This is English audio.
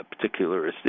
particularist